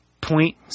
point